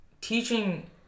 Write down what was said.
teaching